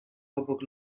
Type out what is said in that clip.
obok